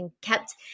kept